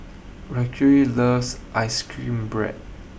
Racquel loves Ice cream Bread